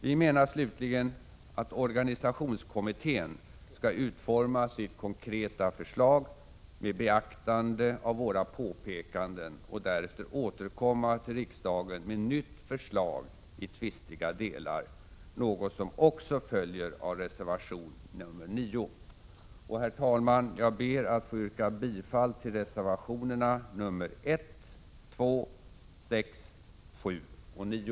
Vi menar slutligen att organisationskommittén skall utforma sitt konkreta förslag med beaktande av våra påpekanden och därefter återkomma till riksdagen med nytt förslag i tvistiga delar, något som också följer av reservation 9. Herr talman! Jag ber att få yrka bifall till reservationerna nr 1, 2,6, 7 och 9.